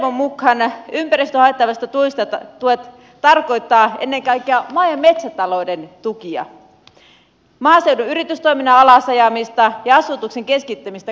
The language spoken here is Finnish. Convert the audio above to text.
saamani tiedon mukaan ympäristöä haittaavat tuet tarkoittavat ennen kaikkea maa ja metsätalouden tukia maaseudun yritystoiminnan alasajamista ja asutuksen keskittämistä kasvukeskuksiin